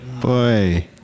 Boy